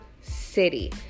city